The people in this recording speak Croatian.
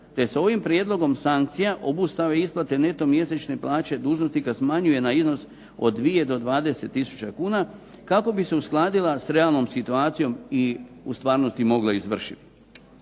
te se ovim prijedlogom sankcija obustave isplate neto mjesečne plaće dužnosnika smanjuje na iznos od 2 do 20 tisuća kuna kako bi se uskladila s realnom situacijom i u stvarnosti mogla izvršiti.